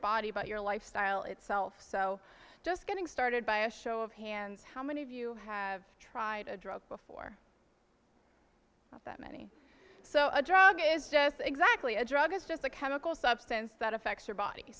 body but your lifestyle itself so just getting started by a show of hands how many of you have tried a drug before not that many so a drug is just exactly a drug is just a chemical substance that affects your body